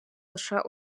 лише